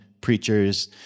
preachers